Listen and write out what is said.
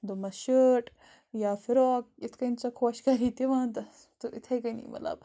دوٚپمَس شٲٹ یا فِراک یِتھ کَنۍ ژےٚ خۄش کَری تہِ وَن تَس تہٕ یِتھَے کٔنی مطلب